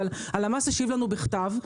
אבל הלמ"ס השיב לנו בכתב,